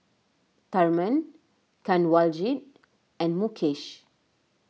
Tharman Kanwaljit and Mukesh